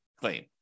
claim